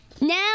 Now